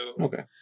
okay